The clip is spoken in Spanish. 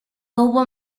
hubo